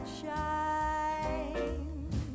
shine